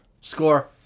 Score